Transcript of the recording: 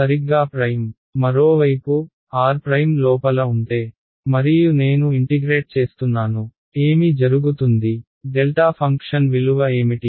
సరిగ్గా ప్రైమ్ మరోవైపు r లోపల ఉంటే మరియు నేను ఇంటిగ్రేట్ చేస్తున్నాను ఏమి జరుగుతుంది డెల్టా ఫంక్షన్ విలువ ఏమిటి